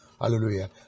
Hallelujah